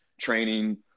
training